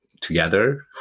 together